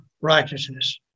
righteousness